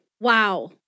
Wow